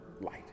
light